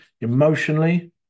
emotionally